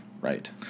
right